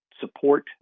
support